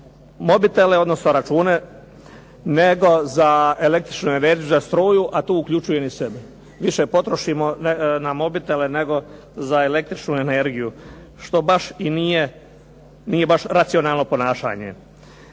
mobitele, odnosno račune nego za električnu energiju, za struju, a tu uključujem i sebe. Više potrošimo na mobitele, nego za električnu energiju, što baš i nije racionalno ponašanje.